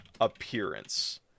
appearance